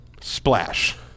splash